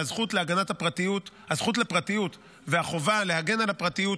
שהזכות לפרטיות והחובה להגן על הפרטיות